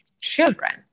children